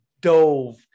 dove